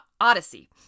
Odyssey